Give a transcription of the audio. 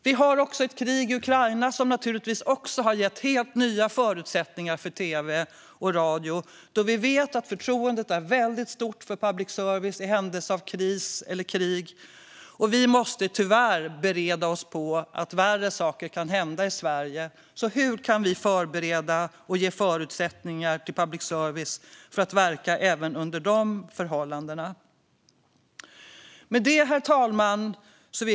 Det är krig i Ukraina, vilket naturligtvis också har gett helt nya förutsättningar för tv och radio då vi vet att förtroendet för public service är väldigt stort under kris eller krig. Vi måste tyvärr förbereda oss på att värre saker kan hända i Sverige, så hur kan vi förbereda public service för att verka även under de förhållandena och ge förutsättningar för det?